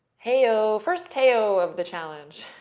hey-o! first hey-o of the challenge.